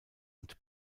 und